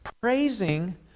praising